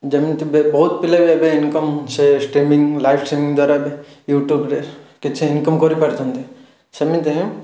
ଯେମିତି ବି ବହୁତ ପିଲା ବି ଏବେ ଇନକମ୍ ସେ ଷ୍ଟେମିଙ୍ଗ୍ ଲାଇଫ୍ ଷ୍ଟ୍ରିମିଙ୍ଗ୍ ଦ୍ୱାରା ଏବେ ୟୁଟ୍ୟୁବ୍ରେ କିଛି ଇନକମ୍ କରିପାରୁଛନ୍ତି ସେମିତିରେ